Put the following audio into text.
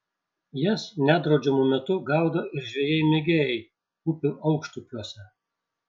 jas nedraudžiamu metu gaudo ir žvejai mėgėjai upių aukštupiuose